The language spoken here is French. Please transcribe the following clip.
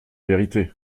vérité